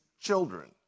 children